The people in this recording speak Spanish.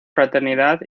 fraternidad